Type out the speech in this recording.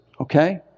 okay